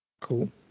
Cool